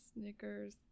Snickers